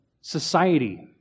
society